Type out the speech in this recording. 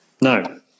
no